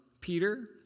Peter